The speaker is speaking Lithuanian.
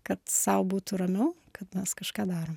kad sau būtų ramiau kad mes kažką darom